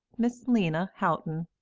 miss lena houghton.